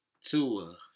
Tua